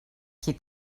qui